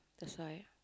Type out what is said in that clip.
that's why